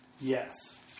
Yes